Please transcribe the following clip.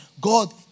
God